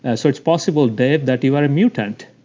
ah so it's possible dave that you are a mutant